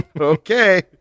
Okay